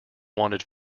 wanted